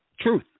truth